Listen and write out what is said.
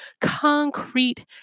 concrete